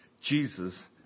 Jesus